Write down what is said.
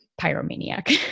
pyromaniac